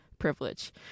privilege